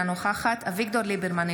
אינה נוכחת אביגדור ליברמן,